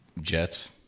Jets